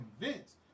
convinced